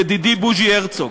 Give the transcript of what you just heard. ידידי בוז'י הרצוג.